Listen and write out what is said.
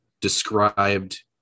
described